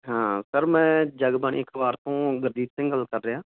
ਹਾਂ ਸਰ ਮੈਂ ਜਗਬਾਣੀ ਅਖ਼ਬਾਰ ਤੋਂ ਗੁਰਦੀਪ ਸਿੰਘ ਗੱਲ ਕਰ ਰਿਹਾ